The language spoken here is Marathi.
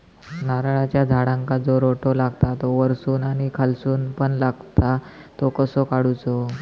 नारळाच्या झाडांका जो रोटो लागता तो वर्सून आणि खालसून पण लागता तो कसो काडूचो?